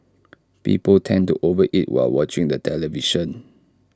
people tend to over eat while watching the television